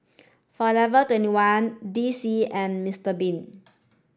Forever Twenty one D C and Mister Bean